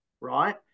right